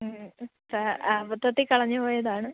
മ്മ് sir അബദ്ധത്തിൽ കളഞ്ഞ് പോയതാണ്